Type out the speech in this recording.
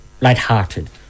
lighthearted